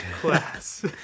class